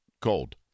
cold